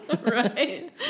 Right